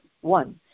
One